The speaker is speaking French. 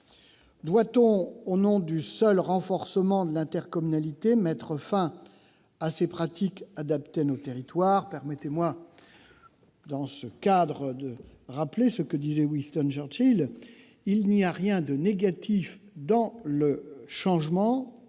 Doit-on, au nom du seul renforcement de l'intercommunalité, mettre fin à ces pratiques adaptées à nos territoires ?